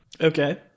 Okay